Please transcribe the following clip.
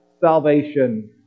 salvation